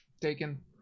Taken